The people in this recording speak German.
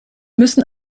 müssen